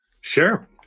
Sure